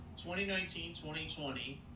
2019-2020